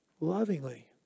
Lovingly